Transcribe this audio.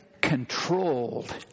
Controlled